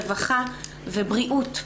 רווחה ובריאות,